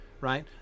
Right